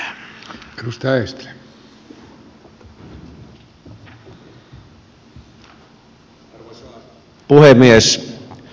arvoisa puhemies